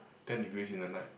ten degrees in the night